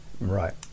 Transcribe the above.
Right